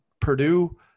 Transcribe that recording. Purdue